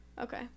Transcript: Okay